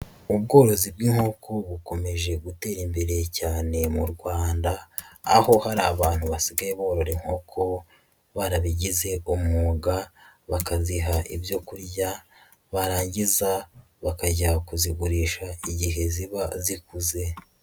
Ubworozi bw'inkoko, bukomeje gutera imbere cyane mu Rwanda, aho hari abantu basigaye borora inkoko barabigize umwuga, bakaziha ibyo kurya, barangiza bakajya kuzigurisha igihe ziba zikuze.